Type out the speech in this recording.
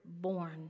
born